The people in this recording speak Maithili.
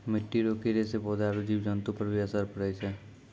मिट्टी रो कीड़े से पौधा आरु जीव जन्तु पर भी असर पड़ै छै